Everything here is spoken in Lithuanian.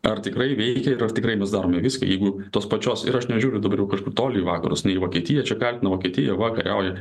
ar tikrai reikia ir ar tikrai mes darome viską jeigu tos pačios ir aš nežiūriu dabar kažkur toli į vakarus į vokietiją čia kaltina vokietija va kariauja